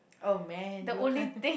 oh man you can't